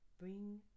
Bring